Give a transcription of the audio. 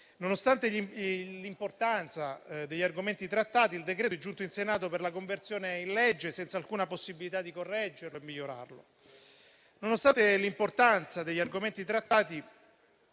Nonostante l'importanza degli argomenti trattati, il decreto-legge è giunto in Senato per la conversione in legge senza alcuna possibilità di correggerlo e migliorarlo. Nonostante l'importanza degli argomenti trattati,